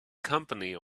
company